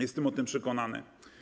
Jestem o tym przekonany.